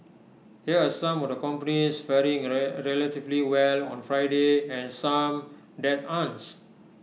here are some of the companies faring relatively well on Friday and some that aren'ts